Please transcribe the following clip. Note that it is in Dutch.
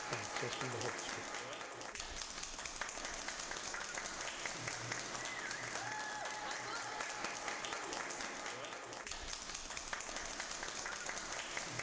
van het volgende hoofdstuk